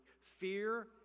Fear